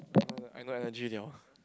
I no energy [liao]